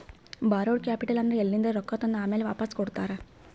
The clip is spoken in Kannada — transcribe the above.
ಬಾರೋಡ್ ಕ್ಯಾಪಿಟಲ್ ಅಂದುರ್ ಎಲಿಂದ್ರೆ ರೊಕ್ಕಾ ತಂದಿ ಆಮ್ಯಾಲ್ ವಾಪಾಸ್ ಕೊಡ್ತಾರ